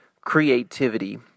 creativity